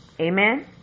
Amen